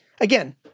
again